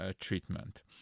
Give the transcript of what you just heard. treatment